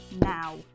now